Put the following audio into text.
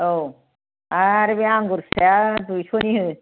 औ आरो बे आंगुर फिथाया दुयस'नि हो